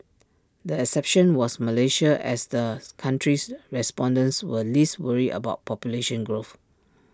the exception was Malaysia as the country's respondents were least worried about population growth